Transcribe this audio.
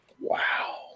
wow